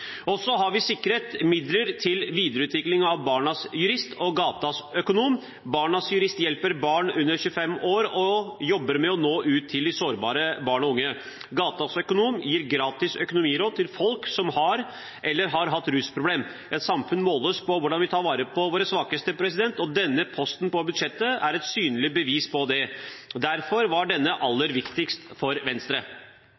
sikret midler til videreutvikling av Barnas Jurist og Gatas Økonom. Barnas Jurist hjelper barn og unge under 25 år og jobber med å nå ut til sårbare barn og unge. Gatas Økonom gir gratis økonomiråd til folk som har eller har hatt et rusproblem. Et samfunn måles på hvordan vi tar vare på våre svakeste, og denne posten på budsjettet er et synlig bevis på det. Derfor var denne